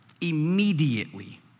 immediately